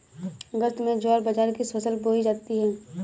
अगस्त में ज्वार बाजरा की फसल बोई जाती हैं